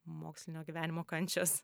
mokslinio gyvenimo kančios